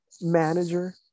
manager